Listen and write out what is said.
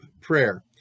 prayer